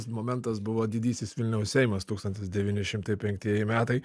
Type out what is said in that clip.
momentas buvo didysis vilniaus seimas tūkstantis devyni šimtai penktieji metai